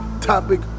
topic